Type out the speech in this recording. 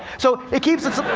so it keeps us